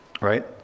Right